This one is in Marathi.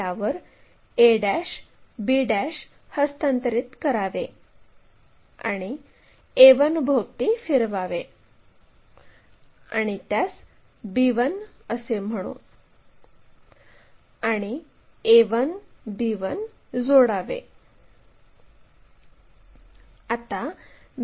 त्यावर a b हस्तांतरित करावे आणि a1 भोवती फिरवावे आणि त्यास b1 असे म्हणू आणि a1 b1 जोडावे